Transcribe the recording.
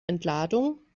entladung